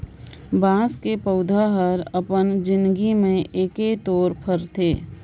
बाँस के पउधा हर अपन जिनगी में एके तोर फरथे